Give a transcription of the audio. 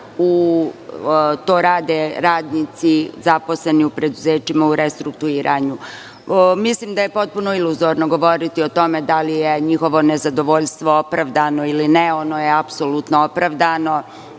To rade radnici zaposleni u preduzećima u restrukturiranju. Mislim da je potpuno iluzorno govoriti o tome da li je njihovo nezadovoljstvo opravdano ili ne, ono je apsolutno opravdano,